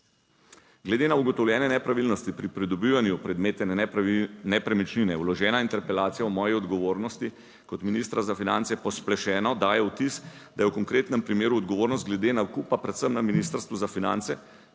Glede na ugotovljene nepravilnosti pri pridobivanju predmetne nepremičnine, vložena interpelacija o moji odgovornosti kot ministra za finance pospešeno daje vtis, da je v konkretnem primeru odgovornost glede nakupa predvsem na Ministrstvu za finance,